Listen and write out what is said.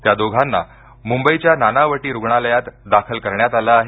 त्या दोघांना मुंबईच्या नानावटी रुग्णालयात दाखल करण्यात आलं आहे